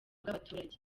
bw’abaturage